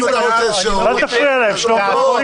-- אם אתה רוצה שואו --- אל תפריע להם, שלמה.